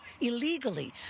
illegally